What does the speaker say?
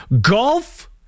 Golf